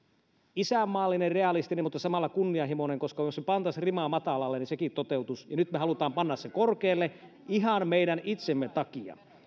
isänmaallinen realistinen mutta samalla kunnianhimoinen koska jos se rima pantaisiin matalalle sekin toteutuisi ja nyt me haluamme panna sen korkealle ihan meidän itsemme takia